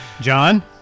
John